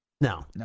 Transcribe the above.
no